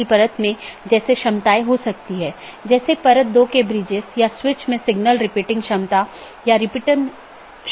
इसलिए सूचनाओं को ऑटॉनमस सिस्टमों के बीच आगे बढ़ाने का कोई रास्ता होना चाहिए और इसके लिए हम BGP को देखने की कोशिश करते हैं